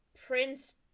Prince